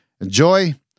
enjoy